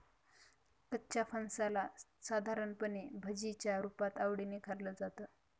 कच्च्या फणसाला साधारणपणे भाजीच्या रुपात आवडीने खाल्लं जातं